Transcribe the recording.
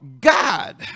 God